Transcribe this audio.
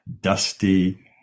dusty